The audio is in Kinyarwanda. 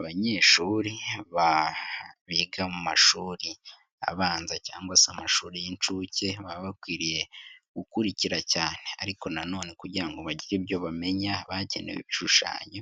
Abanyeshuri biga mu mashuri abanza cyangwa se amashuri y'inshuke baba bakwiriye gukurikira cyane, ariko nan nonene kugira ngo bagire ibyo bamenya bagenewe ibishushanyo